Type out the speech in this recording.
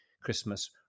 Christmas